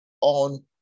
on